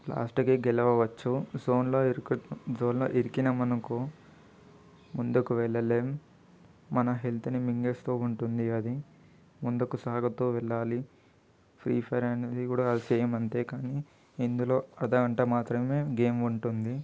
లాస్ట్కి గెలవవచ్చు జోన్లో ఇరికి జోన్లో ఇరికినమనుకో ముందుకు వెళ్ళలేం మన హెల్త్ని మింగేస్తూ ఉంటుంది అది ముందుకు సాగుతూ వెళ్ళాలి ఫ్రీ ఫైర్ అనేది కూడా సేమ్ అంతే కానీ ఇందులో అర్థగంట మాత్రమే గేమ్ ఉంటుంది